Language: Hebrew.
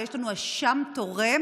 ויש לנו אשם תורם